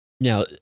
Now